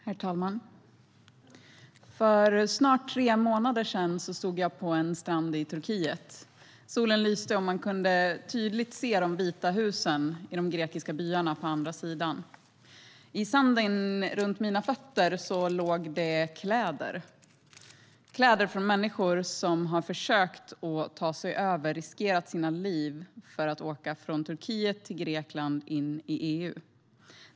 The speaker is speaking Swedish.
Herr talman! För snart tre månader sedan stod jag på en strand i Turkiet. Solen lyste, och man kunde tydligt se de vita husen i de grekiska byarna på andra sidan. I sanden runt mina fötter låg det kläder från människor som har försökt att ta sig över och riskerat sina liv för att åka från Turkiet till Grekland och in i EU.